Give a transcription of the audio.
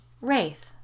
Wraith